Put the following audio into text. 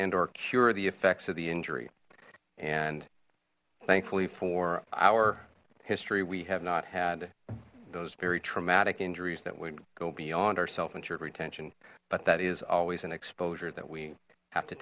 andor cure the effects of the injury and thankfully for our history we have not had those very traumatic injuries that would go beyond our self insured retention but that is always an exposure that we have to